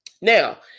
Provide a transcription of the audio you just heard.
now